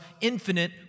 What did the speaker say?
infinite